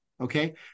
Okay